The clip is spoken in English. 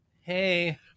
Hey